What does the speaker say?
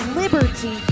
liberty